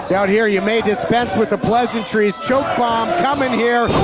down here you may dispense with the pleasantries. choke bomb coming here,